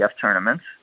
tournaments